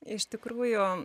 iš tikrųjų